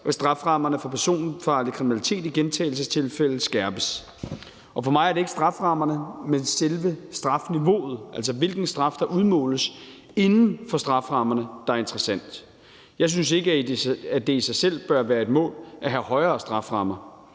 at strafferammerne for personfarlig kriminalitet i gentagelsestilfælde skærpes. For mig er det ikke strafferammerne, men selve strafniveauet, altså hvilken straf der udmåles inden for strafferammerne, der er interessant. Jeg synes ikke, at det i sig selv bør være et mål at have højere strafferammer.